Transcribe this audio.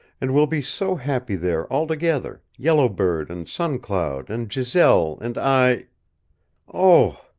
and we'll be so happy there all together, yellow bird and sun cloud and giselle and i oh!